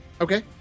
okay